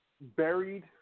buried